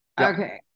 Okay